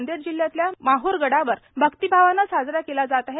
नांदेड जिल्ह्यातल्या माहर गडावर अक्तिभावानं साजरा केला जात आहे